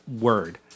word